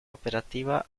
operativa